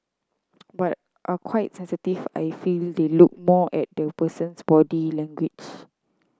but are quite sensitive I feel they look more at the person's body language